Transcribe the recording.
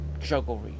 jugglery